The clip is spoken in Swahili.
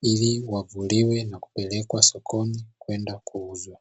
Ili wavuliwe na kupelekwa sokoni kwenda kuuzwa.